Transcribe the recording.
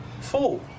full